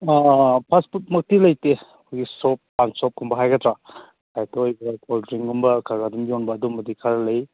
ꯐꯥꯁ food ꯃꯛꯇꯤ ꯂꯩꯇꯦ ꯑꯩꯈꯣꯏꯒꯤ ꯁꯣꯞ ꯄꯥꯟ ꯁꯣꯞꯀꯨꯝꯕ ꯍꯥꯏꯒꯗ꯭ꯔꯥ ꯑꯩꯈꯣꯏꯒꯤ ꯀꯣꯜ ꯗ꯭ꯔꯤꯡꯒꯨꯝꯕ ꯈꯔ ꯈꯔ ꯑꯗꯨꯝ ꯌꯣꯡꯕ ꯑꯗꯨꯝꯕꯗꯤ ꯈꯔ ꯂꯩ